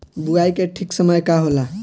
बुआई के ठीक समय का होला?